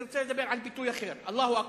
אני רוצה לדבר על ביטוי אחר: "אללה אכבר".